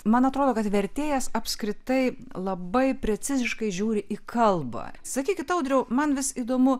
man atrodo kad vertėjas apskritai labai preciziškai žiūri į kalbą sakykit audriau man vis įdomu